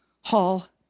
Hall